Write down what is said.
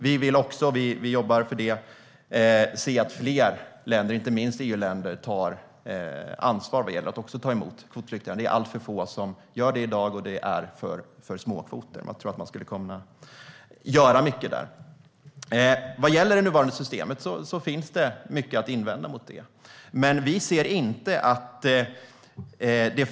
Vi vill också se - och det jobbar vi för - att fler länder, inte minst EU-länder, tar ansvar när det gäller att ta emot kvotflyktingar. Det är alltför få som gör det i dag, och det är för små kvoter. Där skulle man nog kunna göra mycket. Det finns mycket att invända mot det nuvarande systemet.